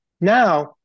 now